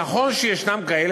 נכון שישנם כאלה,